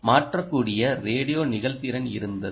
மாற்றக்கூடிய ரேடியோ நெகிழ்திறன் இருந்தது